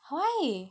why